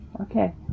Okay